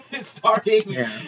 Starting